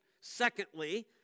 Secondly